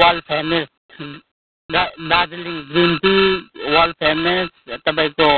world famous दा Darjeeling green tea world famous तपाईँको